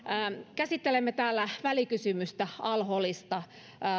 käsittelemme täällä välikysymystä al holista